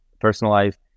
personalized